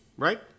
Right